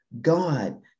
God